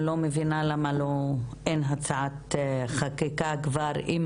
אני לא מבינה למה אין הצעת חקיקה כבר אם